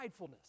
pridefulness